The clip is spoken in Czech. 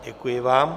Děkuji vám.